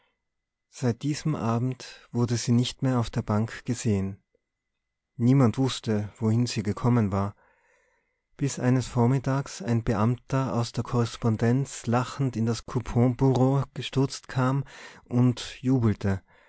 seit diesem abend wurde sie nicht mehr auf der bank gesehen niemand wußte wohin sie gekommen war bis eines vormittags ein beamter aus der korrespondenz lachend in das couponbureau gestürzt kam und jubelte